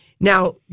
Now